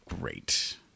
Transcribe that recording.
great